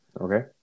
Okay